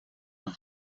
van